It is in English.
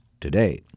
Today